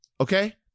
Okay